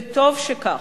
וטוב שכך.